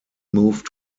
moved